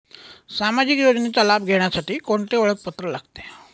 सामाजिक योजनेचा लाभ घेण्यासाठी कोणते ओळखपत्र लागते?